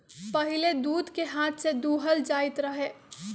पहिले दूध के हाथ से दूहल जाइत रहै